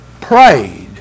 prayed